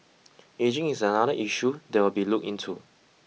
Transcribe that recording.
ageing is another issue that will be looked into